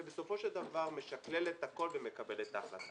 ובסופו של דבר הוא משקלל את הכול ומקבל את ההחלטה.